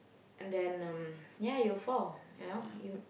and then um ya you'll fall you know you